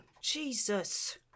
Jesus